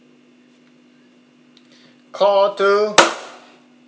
call two